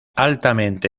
altamente